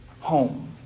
home